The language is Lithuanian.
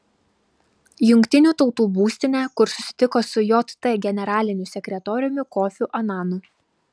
jungtinių tautų būstinę kur susitiko su jt generaliniu sekretoriumi kofiu ananu